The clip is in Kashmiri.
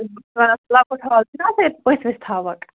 لۄکُٹ ہال چھِنَہ آسن یِتھ پٲٹھۍ أسۍ